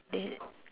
the